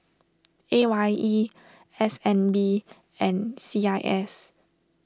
A Y E S N B and C I S